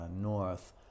north